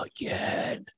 again